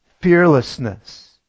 fearlessness